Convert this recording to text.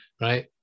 right